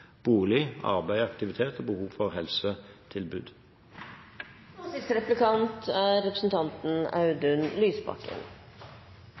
bolig, arbeid, aktivitet og behov for